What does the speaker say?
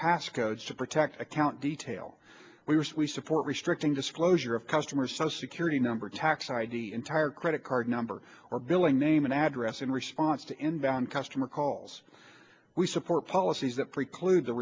pass codes to protect account detail we recently support restricting disclosure of customers so security number tax id entire credit card number or billing name and address in response to invalid customer calls we support policies that preclude the